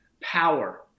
power